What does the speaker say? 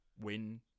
win